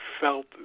felt